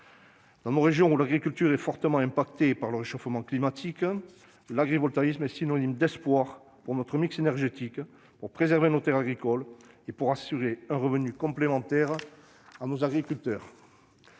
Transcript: Dans nos régions où l'agriculture est fortement impactée par le réchauffement climatique, l'agrivoltaïsme est synonyme d'espoir pour notre mix énergétique, pour la préservation de nos terres agricoles et pour un revenu complémentaire garanti à nos agriculteurs.